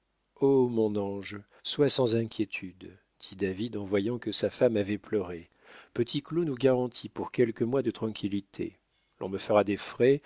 oh mon ange sois sans inquiétude dit david en voyant que sa femme avait pleuré petit claud nous garantit pour quelques mois de tranquillité l'on me fera des frais